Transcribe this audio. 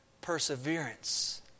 perseverance